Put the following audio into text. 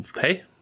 Hey